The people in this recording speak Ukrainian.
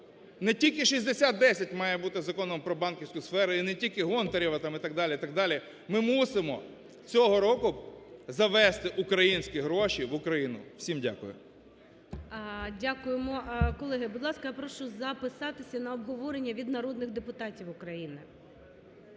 не тільки 6010 має бути законом про банківську сферу, і не тільки Гонтарева там, і так далі, і так далі, ми мусимо цього року завести українські гроші в Україну. Всім дякую. ГОЛОВУЮЧИЙ. Дякуємо. Колеги, будь ласка, я прошу записатися на обговорення від народних депутатів України.